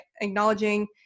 acknowledging